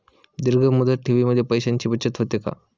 दीर्घ मुदत ठेवीमध्ये पैशांची बचत होते का?